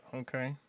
okay